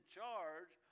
charge